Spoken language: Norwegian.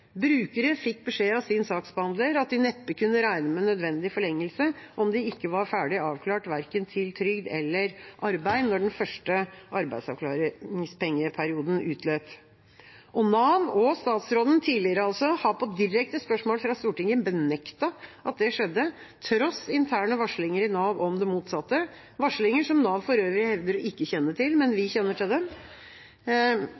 Brukere fikk beskjed av sin saksbehandler om at de neppe kunne regne med nødvendig forlengelse om de ikke var ferdig avklart verken til trygd eller arbeid når den første arbeidsavklaringspengeperioden utløp. Og Nav og den tidligere statsråden har på direkte spørsmål fra Stortinget benektet at det skjedde, til tross for interne varslinger i Nav om det motsatte, varslinger som Nav for øvrig hevder ikke å kjenne til. Men vi